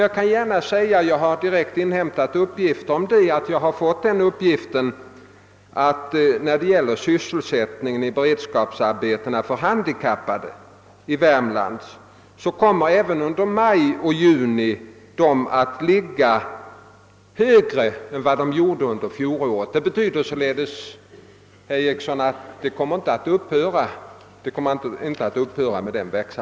Jag vill gärna nämna att jag har inhämtat den direkta uppgiften beträffande sysselsättningen i beredskapsarbeten för handikappade i Värmland att denna även under maj och juni kommer att ligga högre än under fjolåret. Det betyder således, herr Eriksson, att denna verksamhet inte kommer att upphöra.